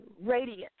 radiant